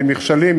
ואם נכשלים,